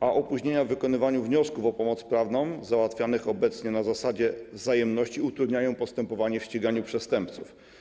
a opóźnienia w wykonywaniu wniosków o pomoc prawną załatwianych obecnie na zasadzie wzajemności utrudniają postępowanie w zakresie ścigania przestępców.